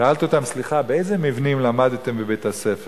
שאלתי אותם: סליחה, באיזה מבנים למדתם בבית-הספר?